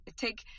take